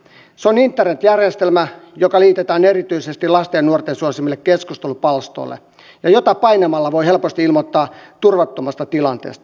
se on internetjärjestelmä joka liitetään erityisesti lasten ja nuorten suosimille keskustelupalstoille ja jota painamalla voi helposti ilmoittaa turvattomasta tilanteesta